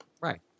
Right